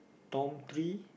Tom three